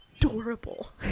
adorable